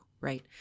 Right